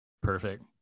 Perfect